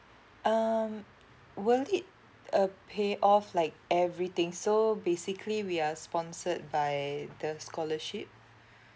um will it uh pay off like everything so basically we are sponsored by the scholarship